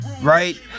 right